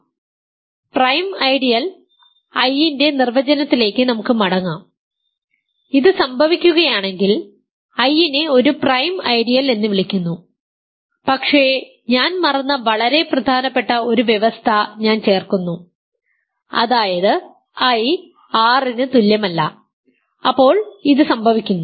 അതിനാൽ prime ideal I ൻറെ നിർവചനത്തിലേക്ക് നമുക്ക് മടങ്ങാം ഇത് സംഭവിക്കുകയാണെങ്കിൽ I നെ ഒരു പ്രൈം ഐഡിയൽ എന്ന് വിളിക്കുന്നു പക്ഷേ ഞാൻ മറന്ന വളരെ പ്രധാനപ്പെട്ട ഒരു വ്യവസ്ഥ ഞാൻ ചേർക്കുന്നു അതായത് I R ന് തുല്യമല്ല അപ്പോൾ ഇത് സംഭവിക്കുന്നു